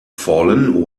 fallen